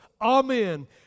Amen